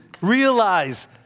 realize